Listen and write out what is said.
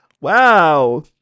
Wow